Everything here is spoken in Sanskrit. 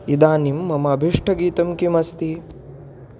इदानीं मम अभीष्टगीतं किमस्ति